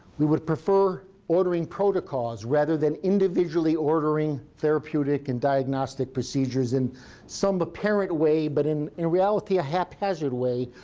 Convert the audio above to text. we would prefer ordering protocols, rather than individually ordering therapeutic and diagnostic procedures in some apparent way, but in in reality a haphazard way,